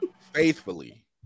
faithfully